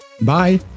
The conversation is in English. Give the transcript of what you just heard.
bye